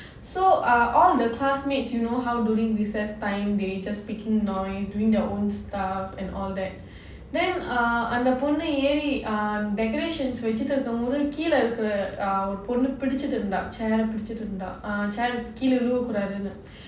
so ah all the classmates you know how during recess time they just making noise doing their own stuff and all that then ah அந்த பொண்ணு ஏறி:andha ponnu eri decorations வெச்சிட்டிருக்கும்போது கீழ இருக்கிற ஒரு பொண்ணு பிடிச்சிட்டு இருந்த:vechitirkumpodhu kizha irukra oru ponnu pidichitirundha chair பிடிச்சிட்டு இருந்த:pidichittu iruntha chair விழக்கூடாதுனு:vizhakudaathunu